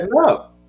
up